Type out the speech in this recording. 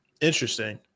Interesting